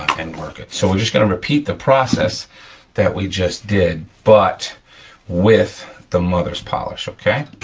and work it. so, we're just gonna repeat the process that we just did, but with the mother's polish, okay?